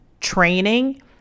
training